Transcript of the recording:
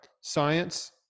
science